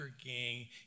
gang